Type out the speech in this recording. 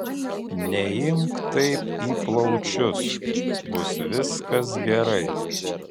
neimk taip į plaučius bus viskas gerai